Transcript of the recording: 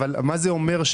אבל מה זה אומר?